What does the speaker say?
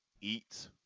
eat